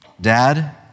Dad